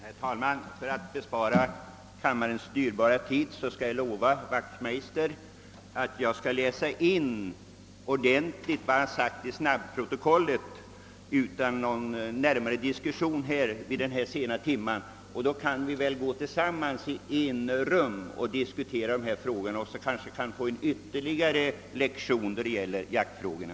Herr talman! För att spara kammarens dyrbara tid skall jag lova herr Wachtmeister att noggrant läsa snabbprotokollet vad han har sagt. Då slipper jag att trötta kammaren med någon ytterligare diskussion i frågan vid denna sena timme. Vi får väl sedan gå tillsammans i enrum och diskutera denna fråga och kanske ge varandra ännu en lektion i jaktfrågorna.